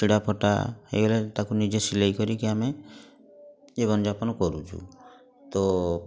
ଛିଡ଼ା ଫଟା ହେଇଗଲେ ତାକୁ ନିଜେ ସିଲେଇ କରିକି ଆମେ ଜୀବନଯାପନ କରୁଛୁ ତ